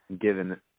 given